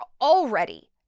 already